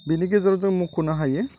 बिनि गेजेराव जों मख'नो हायो